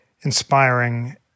inspiring